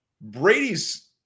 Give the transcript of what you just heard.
Brady's